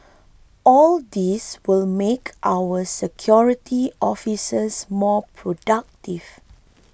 all these will make our security officers more productive